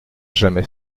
jamais